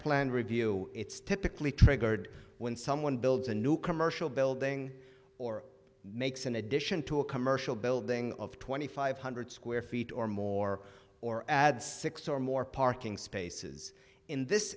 plan review it's typically triggered when someone builds a new commercial building or makes an addition to a commercial building of twenty five hundred square feet or more or add six or more parking spaces in this